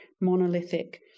monolithic